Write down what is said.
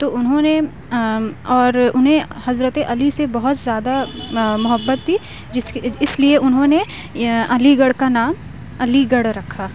تو اُنہوں نے اور اُنہیں حضرت علی سے بہت زیادہ محبت تھی جس کہ اِس لیے اُنہوں نے علی گڑھ کا نام علی گڑھ رکھا